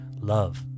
Love